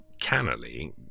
cannily